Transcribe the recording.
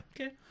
Okay